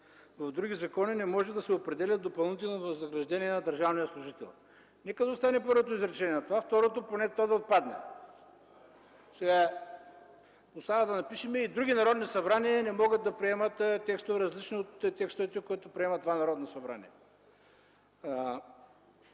„В други закони не може да се определя допълнително възнаграждение на държавния служител”. Нека да остане първото изречение, а поне второто да отпадне. Остава да напишем: „Други народни събрания не могат да приемат текстове, различни от текстовете, които приема това Народно събрание”.